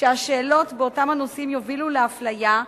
שהשאלות באותם נושאים יובילו לאפליה,